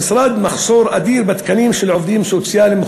במשרד מחסור אדיר בתקנים של עובדים סוציאליים,